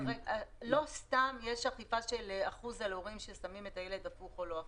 לא סתם יש אכיפה של אחוז הורים ששמים את הילד הפוך או לא הפוך.